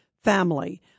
family